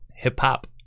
hip-hop